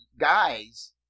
guys